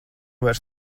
vairs